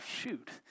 shoot